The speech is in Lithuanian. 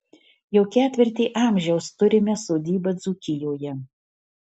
jau ketvirtį amžiaus turime sodybą dzūkijoje